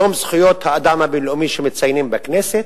יום זכויות האדם הבין-הלאומי שמציינים בכנסת,